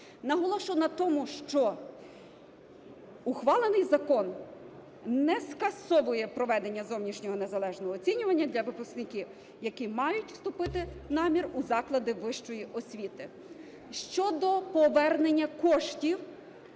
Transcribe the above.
Наголошу на тому, що ухвалений закон не скасовує проведення зовнішнього незалежного оцінювання для випускників, які мають вступити намір у заклади вищої освіти. Щодо повернення коштів